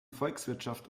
volkswirtschaft